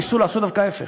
ניסו לעשות דווקא ההפך.